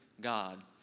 God